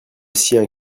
sien